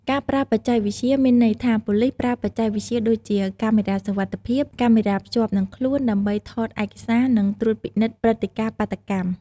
ការប្រើបច្ចេកវិទ្យា មានន័យថា ប៉ូលីសប្រើបច្ចេកវិទ្យាដូចជា កាមេរ៉ាសុវត្ថិភាព , កាមេរ៉ាភ្ជាប់និងខ្លួន ដើម្បីថតឯកសារនិងត្រួតពិនិត្យព្រឹត្តិការណ៍បាតុកម្ម។